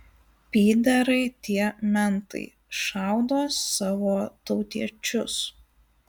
pyderai tie mentai šaudo savo tautiečius